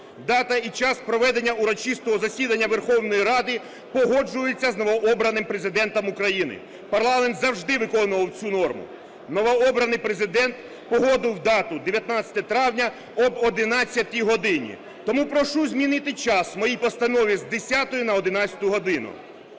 "Дата і час проведення урочистого засідання Верховної Ради погоджується з новообраним Президентом України". Парламент завжди виконував цю норму. Новообраний Президент погодив дату – 19 травня об 11 годині. Тому прошу змінити час в моїй постанові з 10-ї на 11 годину.